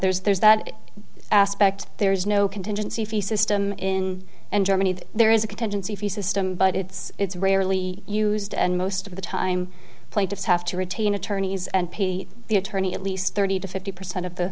there's there's that aspect there's no contingency fee system in germany there is a contingency fee system but it's it's rarely used and most of the time plaintiffs have to retain attorneys and pay the attorney at least thirty to fifty percent of the